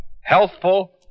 Healthful